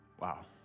wow